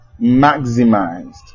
maximized